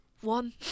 one